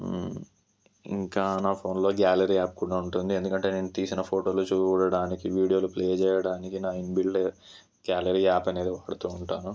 ఇంకా నా ఫోన్లో గ్యాలరీ యాప్ కూడా ఉంటుంది ఎందుకంటే నేను తీసిన ఫోటోలు చూడడానికి వీడియోలు ప్లే చేయడానికి నా ఇన్బిల్డ్ గ్యాలరీ యాప్ అనేది వాడుతూ ఉంటాను